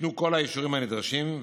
ניתנו כל האישורים הנדרשים,